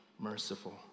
merciful